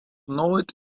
nooit